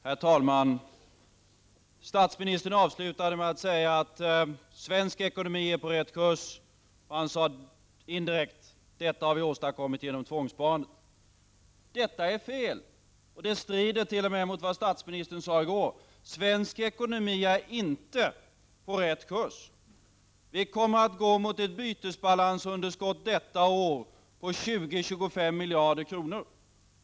Herr talman! Statsministern avslutade sitt anförande med att säga att svensk ekonomi är på rätt kurs, och han sade, indirekt, att detta har åstadkommits genom tvångssparandet. Detta är fel, och det strider t.o.m. mot vad statsministern sade i går! Svensk ekonomi är inte på rätt kurs. Vi kommer detta år att gå mot ett bytesbalansunderskott på 20—25 miljarder kronor.